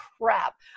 crap